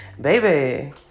baby